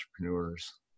entrepreneurs